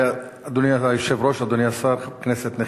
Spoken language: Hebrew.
אדוני היושב-ראש, אדוני השר, כנסת נכבדה,